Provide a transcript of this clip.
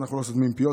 ואנחנו לא סותמים פיות,